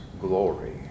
glory